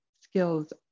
skills